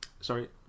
Sorry